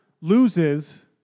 loses